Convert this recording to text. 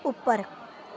उप्पर